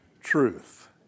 truth